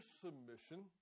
submission